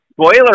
Spoiler